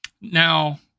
Now